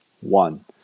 one